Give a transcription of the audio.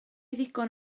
ddigon